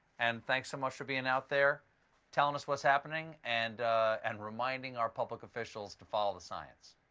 and thanks so much for being out there telling us what's happening and and reminding our public officials to follow the science.